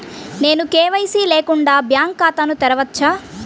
నేను కే.వై.సి లేకుండా బ్యాంక్ ఖాతాను తెరవవచ్చా?